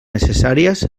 necessàries